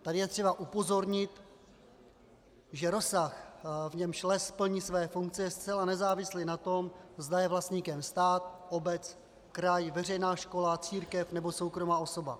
Tady je třeba upozornit, že rozsah, v němž les plní své funkce, je zcela nezávislý na tom, zda je vlastníkem stát, obec, kraj, veřejná škola, církev nebo soukromá osoba.